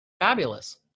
Fabulous